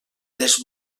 les